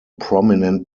prominent